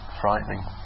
frightening